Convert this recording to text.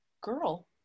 girl